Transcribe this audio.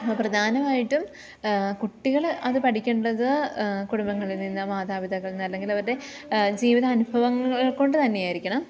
ഇപ്പം പ്രധാനമായിട്ടും കുട്ടികൾ അതു പഠിക്കേണ്ടത് കുടുംബങ്ങളിൽ നിന്ന് മാതാപിതാക്കളിൽ നിന്ന് അല്ലെങ്കിൽ അവരുടെ ജീവിത അനുഭവങ്ങൾ കൊണ്ടു തന്നെയായിരിക്കണം